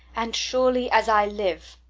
and surely as i live,